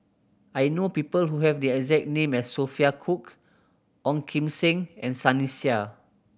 I know people who have the exact name as Sophia Cooke Ong Kim Seng and Sunny Sia